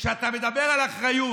וכשאתה מדבר על אחריות